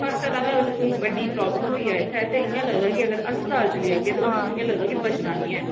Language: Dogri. अगर कोई बड़ी प्राॅबलम होई जा इत्थै ते इ'यां लगदा कि हस्पताल चली जाह्गे ते हुन बचना नीं ऐ